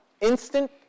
instant